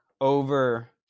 over